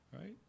Right